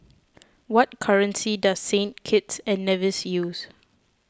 what currency does Saint Kitts and Nevis use